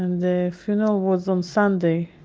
the funeral was on sunday,